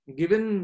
given